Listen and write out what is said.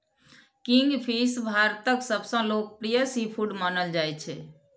kingfish भारतक सबसं लोकप्रिय सीफूड मानल जाइ छै